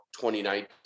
2019